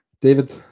David